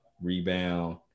rebound